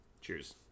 Cheers